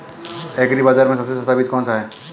Agree बाज़ार में सबसे सस्ता बीज कौनसा है?